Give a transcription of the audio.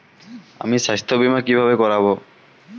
আমি স্বাস্থ্য বিমা কিভাবে করাব?